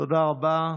תודה רבה.